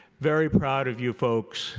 very proud of you folks